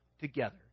together